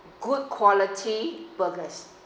good quality burgers